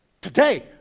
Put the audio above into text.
Today